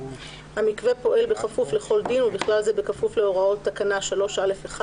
(1)המקווה פועל בכפוף לכל דין ובכלל זה בכפוף להוראות תקנה 3א1,